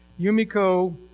Yumiko